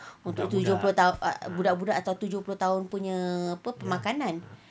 untuk tujuh puluh ta~ budak-budak atau tujuh puluh tahun punya makanan